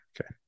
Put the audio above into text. Okay